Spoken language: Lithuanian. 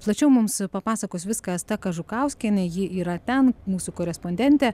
plačiau mums papasakos viską asta kažukauskienė ji yra ten mūsų korespondentė